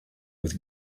with